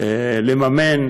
לממן